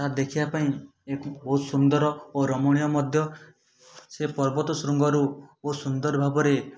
ତାହା ଦେଖିବା ପାଇଁ ଏହା ଖୁବ୍ ବହୁତ ସୁନ୍ଦର ଓ ରମଣୀୟ ମଧ୍ୟ ସେ ପର୍ବତ ଶୃଙ୍ଗରୁ ବହୁତ ସୁନ୍ଦର ଭାବରେ